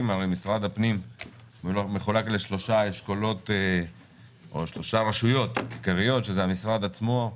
על פי שלושת האשכולות שלהם מחולק המשרד: המשרד עצמו,